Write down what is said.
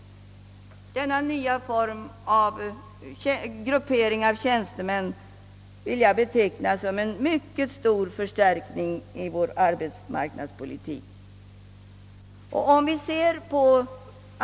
Denna nya form av gruppering av tjänstemän vill jag beteckna som en mycket stor förstärkning i vår arbetsmarknadspolitik.